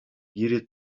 گیر